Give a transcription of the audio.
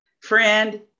Friend